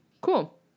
cool